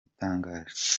itangaje